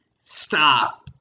stop